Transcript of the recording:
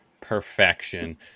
Perfection